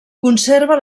conserva